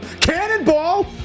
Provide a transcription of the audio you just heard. Cannonball